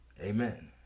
Amen